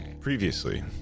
Previously